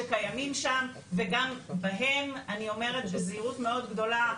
שקיימים שם וגם בהם אני אומרת בזהירות מאוד גדולה,